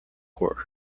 corps